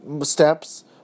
steps